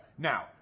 Now